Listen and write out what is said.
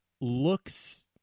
looks